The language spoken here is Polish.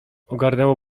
ogarnęło